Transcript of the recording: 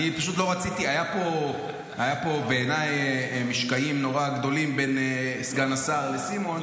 היו פה בעיניי משקעים נורא גדולים בין סגן השר לסימון,